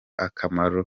akamaro